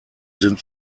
sind